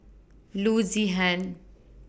Loo Zihan